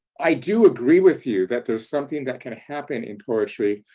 i do agree with you that there's something that can happen in poetry,